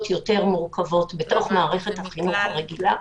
יותר מורכבות בתוך מערכת החינוך הרגילה,